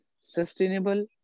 sustainable